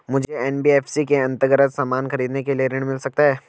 मुझे एन.बी.एफ.सी के अन्तर्गत सामान खरीदने के लिए ऋण मिल सकता है?